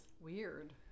Weird